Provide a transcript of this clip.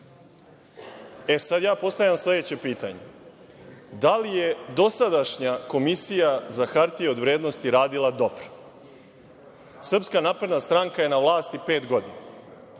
E, sada ja postavljam sledeće pitanje – da li je dosadašnja Komisija za hartije od vrednosti radila dobro? Srpska napredna stranka je na vlasti pet godina.